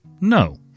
No